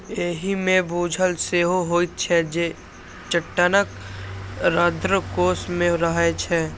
एहि मे भूजल सेहो होइत छै, जे चट्टानक रंध्रकोश मे रहै छै